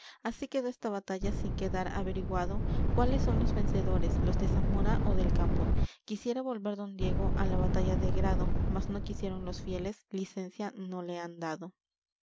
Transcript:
así quedó esta batalla sin quedar averiguado cuáles son los vencedores los de zamora ó del campo quisiera volver don diego á la batalla de grado mas no quisieron los fieles licencia no le han dado